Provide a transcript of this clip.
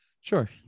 Sure